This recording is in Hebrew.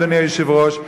אדוני היושב-ראש,